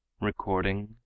Recording